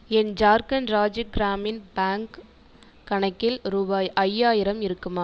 என் ஜார்க்கண்ட் ராஜ்ய கிராமின் பேங்க்கு கணக்கில் ரூபாய் ஐயாயிரம் இருக்குமா